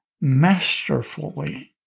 masterfully